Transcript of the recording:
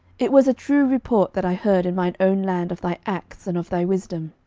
it was a true report that i heard in mine own land of thy acts and of thy wisdom.